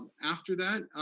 after that,